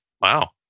wow